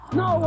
no